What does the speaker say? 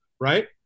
right